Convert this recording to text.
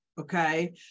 Okay